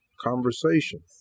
conversation